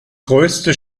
größte